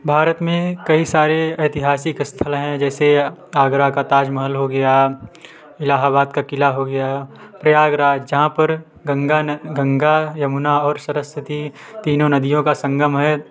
भारत में कई सारे ऐतिहासिक स्थल हैं जैसे आगरा का ताज़महल हो गया इलाहाबाद का किला हो गया प्रयागराज जहाँ पर गंगा ना गंगा युमना और सरस्वती तीनों नदियों का संगम है